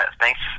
thanks